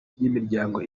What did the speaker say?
b’imiryango